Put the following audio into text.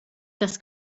das